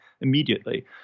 immediately